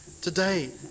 Today